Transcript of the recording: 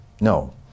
No